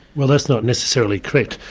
well that's not necessarily correct.